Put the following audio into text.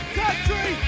country